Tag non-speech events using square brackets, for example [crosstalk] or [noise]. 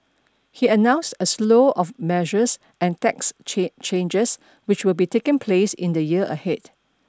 he announced a slew of measures and tax [unintelligible] changes which will be taking place in the year ahead